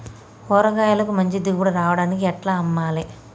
కూరగాయలకు మంచి దిగుబడి రావడానికి ఎట్ల అమ్మాలే?